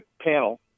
panel